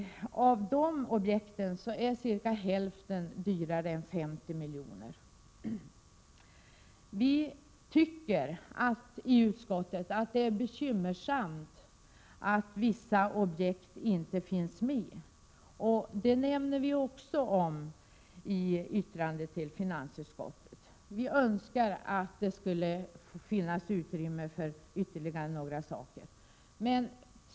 Av dessa objekt är cirka hälften dyrare än 50 milj.kr. Vi tycker i utskottet att det är bekymmersamt att vissa objekt inte finns med, och det nämner vi också i yttrandet till finansutskottet. Vi önskar att det fanns utrymme för ytterligare några saker.